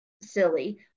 silly